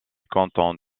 canton